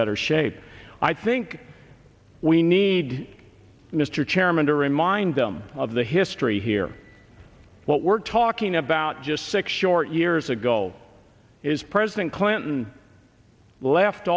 better shape i think we need mr chairman to remind them of the history here what we're talking about just six short years ago is president clinton left